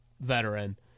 veteran